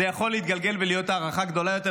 וזה יכול להתגלגל ולהיות הערכה גדולה יותר,